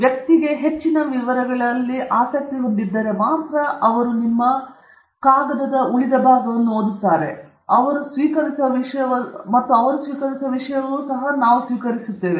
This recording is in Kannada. ವ್ಯಕ್ತಿಯು ಹೆಚ್ಚಿನ ವಿವರಗಳಿಗೆ ಆಸಕ್ತಿ ಹೊಂದಿದ್ದರೆ ಮಾತ್ರ ಅವರು ನಿಮ್ಮ ಉಳಿದ ಕಾಗದವನ್ನು ಓದುತ್ತಾರೆ ಮತ್ತು ಅವರು ಸ್ವೀಕರಿಸುವ ವಿಷಯವೂ ಸಹ ನಾವು ಸ್ವೀಕರಿಸುತ್ತೇವೆ